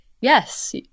yes